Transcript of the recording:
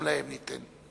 גם להם ניתן.